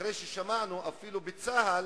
אחרי ששמענו שאפילו בצה"ל